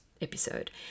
episode